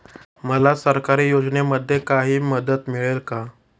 मला सरकारी योजनेमध्ये काही मदत मिळेल का?